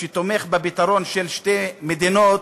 שתומך בפתרון של שתי מדינות,